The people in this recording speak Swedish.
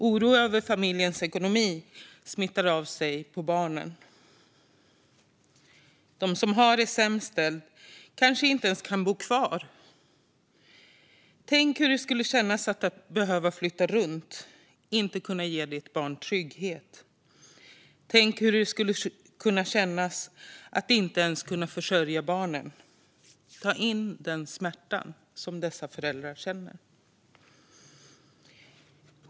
Oro över familjens ekonomi smittar av sig på barnen. De som har det sämst ställt kan kanske inte ens bo kvar. Tänk hur det skulle kännas att behöva flytta runt och att inte kunna ge ditt barn trygghet. Tänk hur det skulle kännas att inte ens kunna försörja barnen. Ta in den smärta som dessa föräldrar känner!